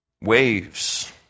Waves